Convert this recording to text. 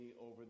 over